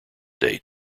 date